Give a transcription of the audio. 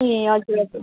ए हजुर हजुर